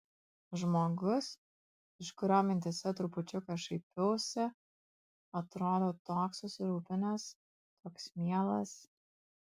žmogus iš kurio mintyse trupučiuką šaipiausi atrodo toks susirūpinęs toks mielas